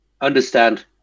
understand